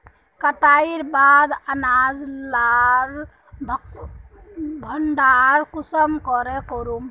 कटाईर बाद अनाज लार भण्डार कुंसम करे करूम?